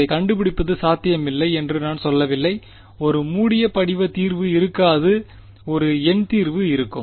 அதைக் கண்டுபிடிப்பது சாத்தியமில்லை என்று நான் சொல்லவில்லை ஒரு மூடிய படிவ தீர்வு இருக்காது ஒரு எண் தீர்வு இருக்கும்